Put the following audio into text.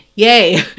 Yay